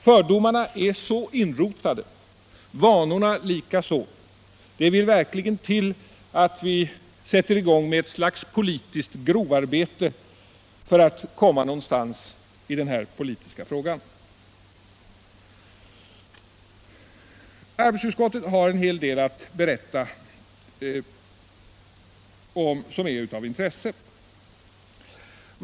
Fördomarna är så inrotade, vanorna likaså. Det vill verkligen till att vi sätter i gång med ett slags politiskt grovarbete för att komma någonstans i den här politiska frågan. Arbetsmarknadsutskottet har en hel del att berätta som är av intresse.